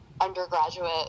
undergraduate